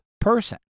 person